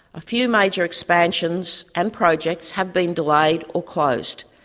a few major expansions and projects have been delayed or closed,